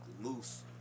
moose